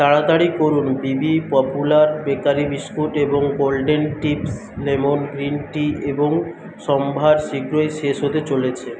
তাড়াতাড়ি করুন BB popular bakery biscuit এবং golden tips lemon green tea এর সম্ভার শীঘ্রই শেষ হতে চলেছে